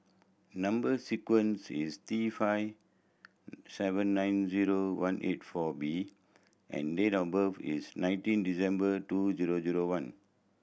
number sequence is T five seven nine zero one eight four B and date of birth is nineteen December two zero zero one